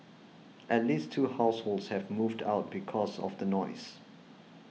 at least two households have moved out because of the noise